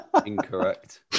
Incorrect